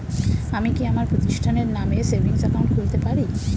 আমি কি আমার প্রতিষ্ঠানের নামে সেভিংস একাউন্ট খুলতে পারি?